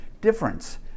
difference